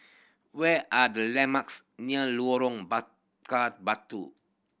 where are the landmarks near Lorong Bakar Batu